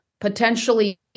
potentially